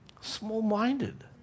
Small-minded